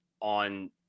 on –